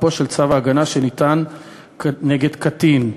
תוקפו של צו הגנה שניתן נגד קטין.